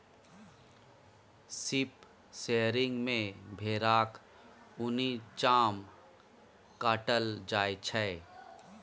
sheep shearing मे भेराक उनी चाम काटल जाइ छै